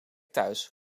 thuis